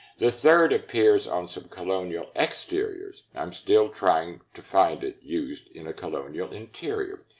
the third appears on some colonial exteriors i'm still trying to find it used in a colonial interior.